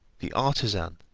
the artisan,